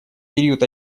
период